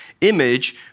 image